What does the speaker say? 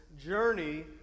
journey